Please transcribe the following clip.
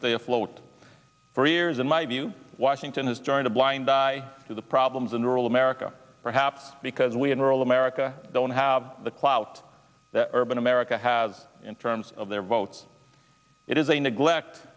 stay afloat for years in my view washington has turned a blind eye to the problems in rural america perhaps because we in rural america don't have the clout that urban america has in terms of their votes it is a neglect